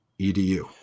edu